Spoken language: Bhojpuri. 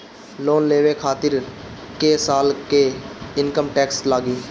लोन लेवे खातिर कै साल के इनकम टैक्स लागी?